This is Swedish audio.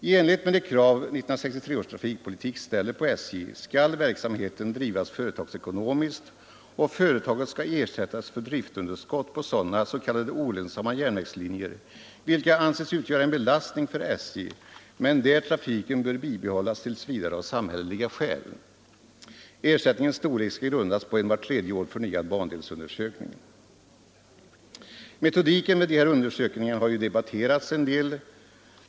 I enlighet med de krav 1963 års trafikpolitik ställer på SJ skall verksamheten drivas företagsekonomiskt och företaget skall ersättas för bristunderskott på sådana s.k. olönsamma järnvägslinjer, vilka anses utgöra en belastning för SJ men där trafiken bör bibehållas tills vidare av samhälleliga skäl. Ersättningens storlek skall grundas på en vart tredje år förnyad bandelsundersökning. Metodiken vid de här undersökningarna har ju debatterats en hel del.